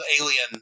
alien